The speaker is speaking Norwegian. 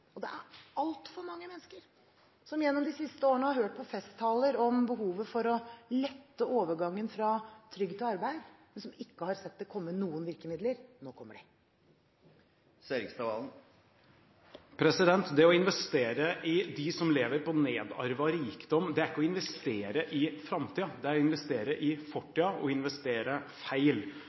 Det er altfor mange mennesker som gjennom de siste årene har hørt på festtaler om behovet for å lette overgangen fra trygd til arbeid, men som ikke har sett det komme noen virkemidler. Nå kommer de. Det å investere i dem som lever på nedarvet rikdom, er ikke å investere i framtiden, det er å investere i fortiden og å investere feil.